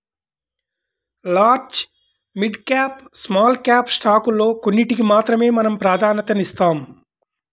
large, mid cap, small cap స్టాకుల్లో కొన్నిటికి మాత్రమే మనం ప్రాధన్యతనిస్తాం